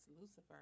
Lucifer